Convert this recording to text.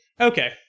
Okay